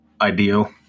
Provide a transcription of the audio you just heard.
ideal